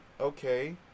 okay